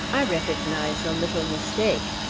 i recognize a little mistake.